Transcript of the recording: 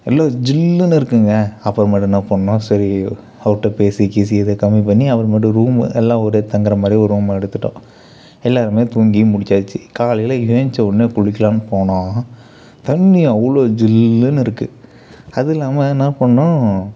நல்லா ஜில்லுன்னு இருக்குங்க அப்புறமேலு என்ன பண்ணோம் சரி அவுர்கிட்ட பேசி கீசி எதோ கம்மிப்பண்ணி அப்புறமேட்டு ரூமு எல்லாம் ஒரே தங்குறமாதிரி ஒரு ரூமு எடுத்துகிட்டோம் எல்லாருமே தூங்கியும் முடிச்சாச்சு காலையில் ஏந்ச்சவோனே குளிக்கலாம்ன்னு போனால் தண்ணி அவ்வளோ ஜில்லுன்னு இருக்கு அதுவும் இல்லாமல் என்ன பண்ணோம்